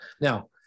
Now